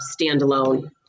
standalone